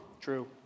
True